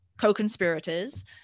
co-conspirators